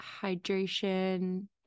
hydration